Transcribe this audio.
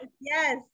yes